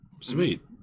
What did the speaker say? Sweet